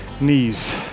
knees